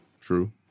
true